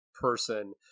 person